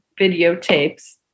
videotapes